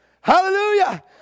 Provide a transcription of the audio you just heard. Hallelujah